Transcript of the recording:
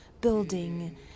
building